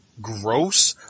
gross